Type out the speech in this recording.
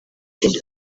gukina